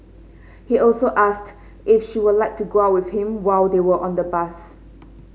he also asked if she would like to go out with him while they were on the bus